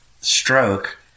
stroke